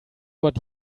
what